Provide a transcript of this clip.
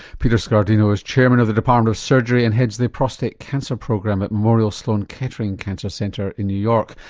peter scardino is chairman of the department of surgery and heads the prostate cancer program at memorial sloan-kettering cancer center in new york.